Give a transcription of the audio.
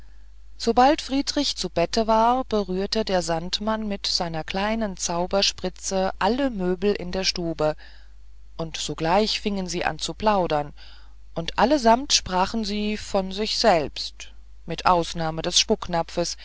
sobald friedrich zu bette war berührte der sandmann mit seiner kleinen zauberspritze alle möbel in der stube und sogleich fingen sie an zu plaudern und allesamt sprachen sie von sich selbst mit ausnahme des